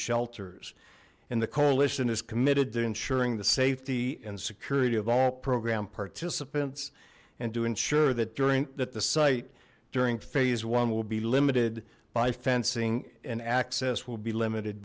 shelters and the coalition is committed to ensuring the safety and security of all program participants and to ensure that during that the site during phase one will be limited by fencing and access will be limited